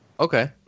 Okay